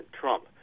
Trump